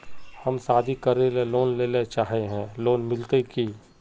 हम शादी करले लोन लेले चाहे है लोन मिलते की?